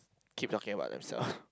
keep talking about themselves